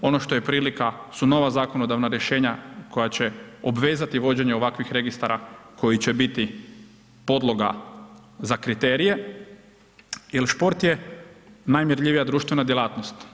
Ono što je prilika su nova zakonodavna rješenja koja će obvezati vođenje ovakvih registara koji će biti podloga za kriterije jer šport je najmjerljivija društvena djelatnost.